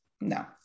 no